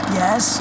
yes